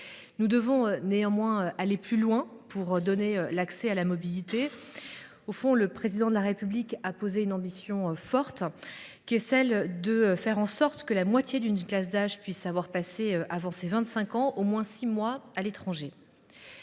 Nous devons néanmoins aller plus loin dans l’accès à la mobilité et le Président de la République a une ambition forte en la matière : faire en sorte que la moitié d’une classe d’âge puisse avoir passé, avant ses 25 ans, au moins six mois à l’étranger.